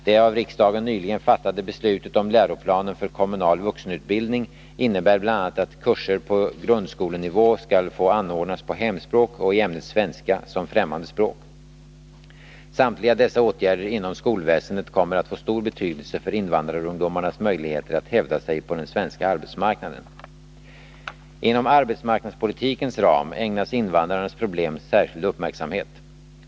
Det av riksdagen nyligen fattade beslutet om läroplanen för kommunal vuxenutbildning innebär bl.a. att kurser på grundskolenivå skall få anordnas på hemspråk och i ämnet svenska som främmande språk. Samtliga dessa åtgärder inom skolväsendet kommer att få stor betydelse för invandrarungdomarnas möjligheter att hävda sig på den svenska arbetsmarknaden. Inom arbetsmarknadspolitikens ram ägnas invandrarnas problem särskild uppmärksamhet.